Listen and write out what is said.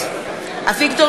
אביגדור